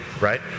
right